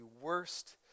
worst